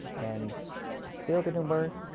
and it still didn't work